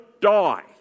die